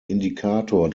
indikator